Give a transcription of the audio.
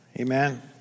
Amen